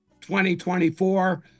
2024